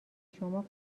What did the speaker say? شما